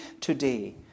today